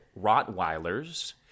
rottweilers